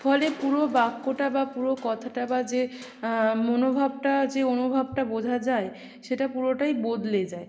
ফলে পুরো বাক্যটা বা পুরো কথাটা বা যে মনোভাবটা যে অনুভবটা বোঝা যায় সেটা পুরোটাই বদলে যায়